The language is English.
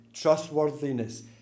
trustworthiness